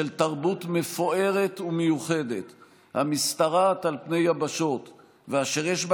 תרבות מפוארת ומיוחדת המשתרעת על פני יבשות ואשר יש בה